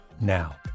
now